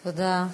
תודה.